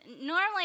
normally